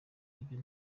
ibyo